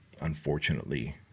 unfortunately